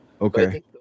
Okay